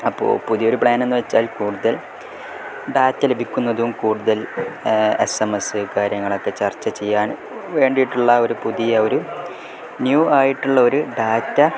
അപ്പോൾ പുതിയൊരു പ്ലാനെന്നു വച്ചാൽ കൂടുതൽ ഡാറ്റ ലഭിക്കുന്നതും കൂടുതൽ എസ് എം എസ് കാര്യങ്ങളൊക്കെ ചർച്ച ചെയ്യാൻ വേണ്ടിയിട്ടുള്ള ഒരു പുതിയ ഒരു ന്യൂ ആയിട്ടുള്ള ഒരു ഡാറ്റ